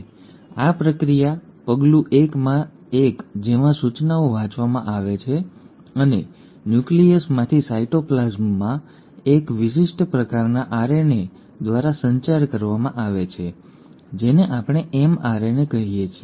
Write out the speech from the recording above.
હવે આ પ્રક્રિયા પગલું 1 જેમાં સૂચનાઓ વાંચવામાં આવે છે અને ન્યુક્લિયસમાંથી સાઇટોપ્લાઝમમાં એક વિશિષ્ટ પ્રકારના આરએનએ દ્વારા સંચાર કરવામાં આવે છે જેને આપણે mRNA કહીએ છીએ